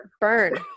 Burn